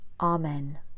Amen